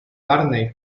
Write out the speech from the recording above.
barney